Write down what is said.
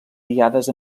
guiades